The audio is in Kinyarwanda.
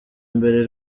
mbere